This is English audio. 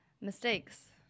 mistakes